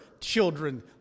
children